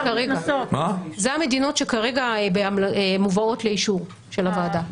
אלה המדינות שכרגע מובאות לאישור של הוועדה.